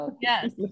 Yes